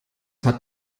hat